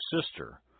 sister